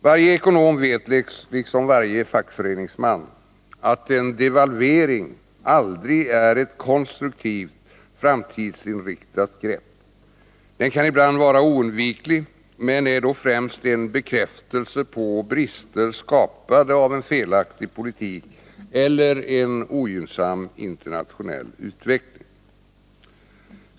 Varje ekonom liksom varje fackföreningsman vet att en devalvering aldrig är ett konstruktivt, framtidsinriktat grepp. Den kan ibland vara oundviklig, men är då främst en bekräftelse på brister skapade av en felaktig politik eller en ogynnsam internationell utveckling.